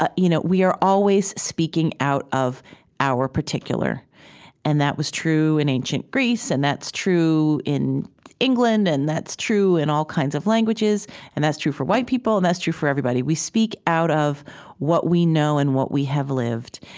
you know we are always speaking out of our particular and that was true in ancient greece and that's true in england and that's true in all kinds of languages and that's true for white people and that's true for everybody. we speak out of what we know and what we have lived.